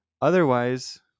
Otherwise